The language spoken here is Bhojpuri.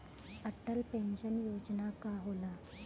अटल पैंसन योजना का होला?